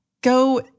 go